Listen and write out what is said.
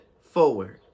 forward